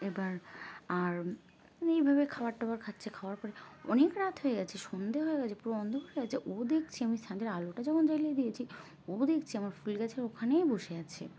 এবার আর এইভাবে খাবার টাবার খাচ্ছে খাওয়ার পরে অনেক রাত হয়ে গেছে সন্ধে হয়ে গেছে পুরো অন্ধকার হয়ে গেছে ও দেখছি আমি ছাদের আলোটা যখন জ্বালিয়ে দিয়েছি ও দেখছি আমার ফুল গাছের ওখানেই বসে আছে